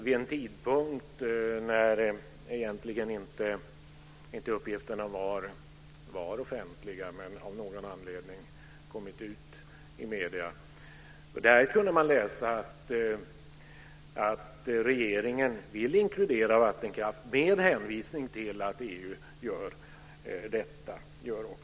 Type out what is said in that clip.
Vid denna tidpunkt var uppgifterna egentligen inte offentliga, men av någon anledning hade de kommit ut i medierna. Där kunde man läsa att regeringen vill inkludera vattenkraft med hänvisning till att EU också gör detta.